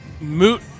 moot